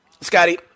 Scotty